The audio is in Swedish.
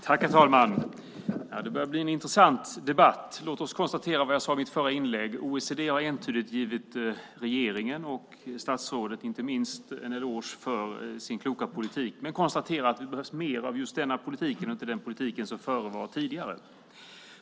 Herr talman! Det börjar bli en intressant debatt! Låt oss konstatera vad jag sade i mitt förra inlägg: OECD har entydigt givit regeringen och inte minst statsrådet en eloge för dess kloka politik och konstaterar att det behövs mer av just denna politik och inte av den politik som förevar tidigare.